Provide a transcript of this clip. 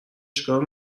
چیکار